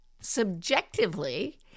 subjectively